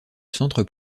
centre